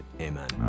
Amen